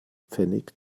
pfennig